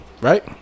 right